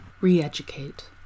Reeducate